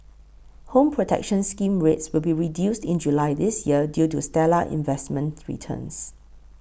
Home Protection Scheme rates will be reduced in July this year due to stellar investment returns